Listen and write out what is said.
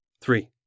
three